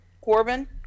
Corbin